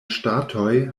ŝtatoj